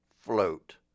Float